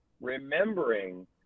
remembering